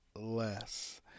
less